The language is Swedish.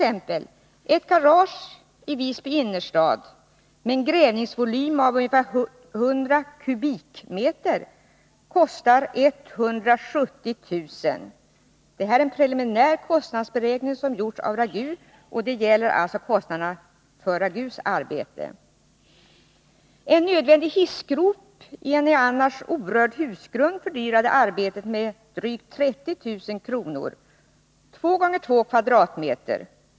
Ett garage i Visby innerstad med en grävningsvolym av ungefär 100 kubikmeter kostar 170 000 kr. Detta är en preliminär kostnadsberäkning, som har gjorts av RAGU, och beräkningen gäller kostnaderna för RAGU:s arbete. En nödvändig hissgrop i en annars orörd husgrund fördyrar arbetet med drygt 30 000 kr. — och det gällde två gånger två meter!